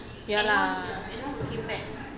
ya lah